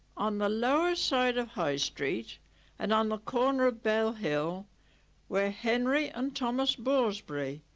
on the lower side of high street and on the corner of bell hill were henry and thomas borsberry.